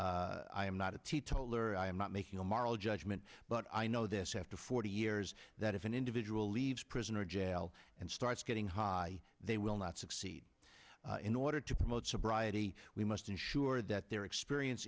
am not a teetotaller i am not making a moral judgment but i know this have to the years that if an individual leaves prison or jail and starts getting high they will not succeed in order to promote sobriety we must ensure that their experience